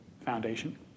foundation